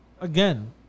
again